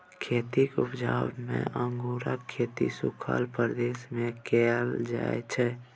खेतीक उपजा मे अंगुरक खेती सुखल प्रदेश मे कएल जाइ छै